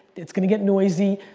it's going to get noisy.